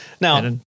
Now